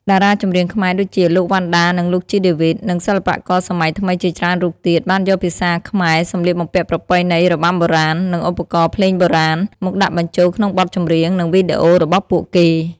តារាចម្រៀងខ្មែរដូចជា លោក វណ្ណដា និង លោក ជី ដេវីត និងសិល្បករសម័យថ្មីជាច្រើនរូបទៀត បានយកភាសាខ្មែរ សម្លៀកបំពាក់ប្រពៃណី របាំបុរាណ និងឧបករណ៍ភ្លេងបុរាណ មកដាក់បញ្ចូលក្នុងបទចម្រៀង និងវីដេអូរបស់ពួកគេ។